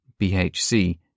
BHC